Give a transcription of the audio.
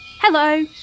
Hello